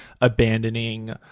abandoning